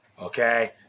Okay